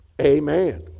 Amen